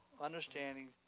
understanding